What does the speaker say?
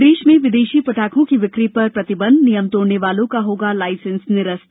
प्रदेश में विदेशी पटाखों की बिक्री पर प्रतिबंध नियम तोडने वालों का होगा लाइसेंस निरस्त